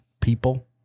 people